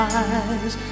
eyes